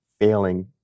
failing